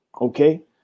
Okay